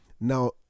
Now